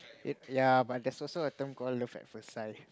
it ya but there's also a term called love at first sight